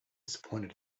disappointed